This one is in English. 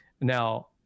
Now